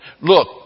look